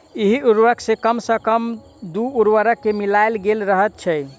एहि उर्वरक मे कम सॅ कम दू उर्वरक के मिलायल गेल रहैत छै